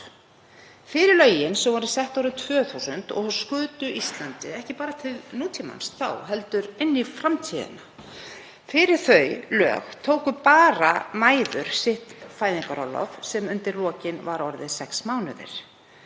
Fyrir lögin sem voru sett árið 2000 og skutu Íslandi ekki bara til nútímans heldur inn í framtíðina tóku einungis mæður sitt fæðingarorlof, sem undir lokin var orðið sex mánuðir,